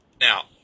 Now